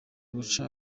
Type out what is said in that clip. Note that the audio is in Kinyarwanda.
guca